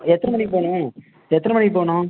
எத்தனை மணிக்கு போகணும் எத்தனை மணிக்கு போகணும்